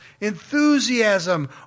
enthusiasm